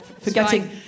forgetting